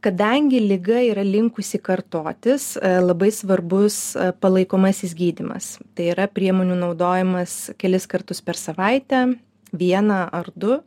kadangi liga yra linkusi kartotis labai svarbus palaikomasis gydymas tai yra priemonių naudojimas kelis kartus per savaitę vieną ar du